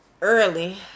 early